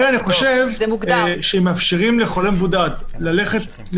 לכן אני חושב שאם מאפשרים לחולה מבודד להתפנות